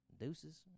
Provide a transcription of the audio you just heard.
deuces